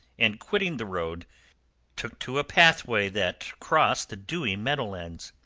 and quitting the road took to a pathway that crossed the dewy meadowlands.